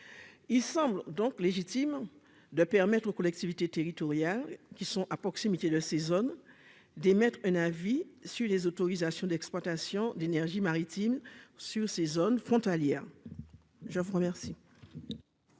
il semble donc légitime de permettre aux collectivités territoriales, qui sont à proximité de ces zones d'émettre un avis sur les autorisations d'exploitation d'énergies maritime sur ces zones frontalières, je vous remercie.